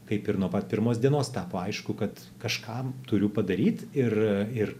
kaip ir nuo pat pirmos dienos tapo aišku kad kažkam turiu padaryti ir ir